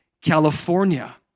California